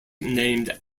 named